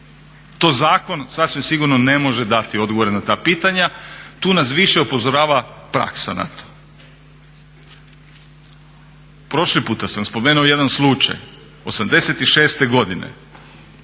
To zakon sasvim sigurno ne može dati odgovore na ta pitanja. Tu nas više upozorava praksa na to. Prošli puta sam spomenuo jedan slučaj, '86. godine